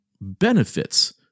benefits